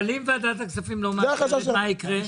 אבל אם ועדת הכספים לא מאשרת, מה יקרה?